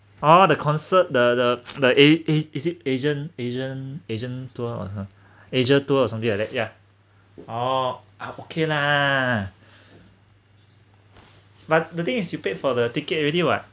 oh the concert the the the a~ a~ is it asian asian asian tour on her asia tour or something like that ya oh ah okay lah but the thing is you paid for the ticket already [what]